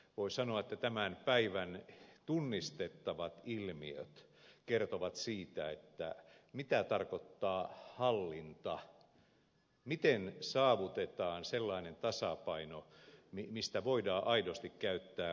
voi sanoa että tämän päivän tunnistettavat ilmiöt kertovat siitä mitä tarkoittaa hallinta miten saavutetaan sellainen tasapaino mistä voidaan aidosti käyttää käsitettä hallinta